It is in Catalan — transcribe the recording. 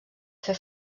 fer